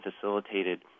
facilitated